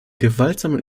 gewaltsamen